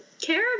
care